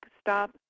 Stop